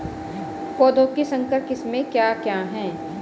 पौधों की संकर किस्में क्या क्या हैं?